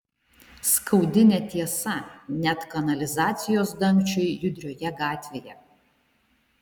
skaudi netiesa net kanalizacijos dangčiui judrioje gatvėje